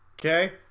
okay